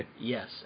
Yes